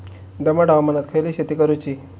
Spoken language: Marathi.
दमट हवामानात खयली शेती करूची?